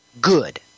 good